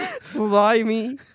Slimy